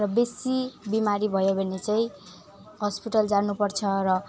र बेसी बिमारी भयो भने चाहिँ हस्पिटल जानु पर्छ र